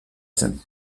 zen